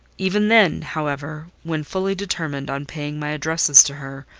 even then, however, when fully determined on paying my addresses to her,